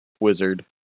wizard